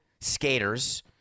skaters